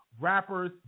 rappers